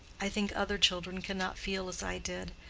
i think other children cannot feel as i did.